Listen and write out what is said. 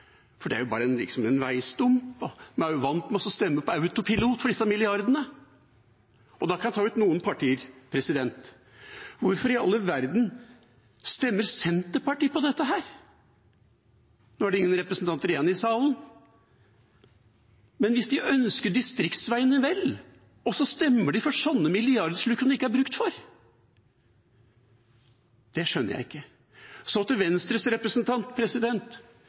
er jo bare en veistump, og man er jo vant med å stemme på autopilot for disse milliardene. Da kan jeg ta ut noen partier. Hvorfor i all verden stemmer Senterpartiet for dette? Nå er det ingen representanter igjen i salen. Men hvis de ønsker distriktsveiene vel, hvorfor stemmer de for sånne milliardsluk som det ikke er bruk for? Det skjønner jeg ikke. Så til Venstres representant.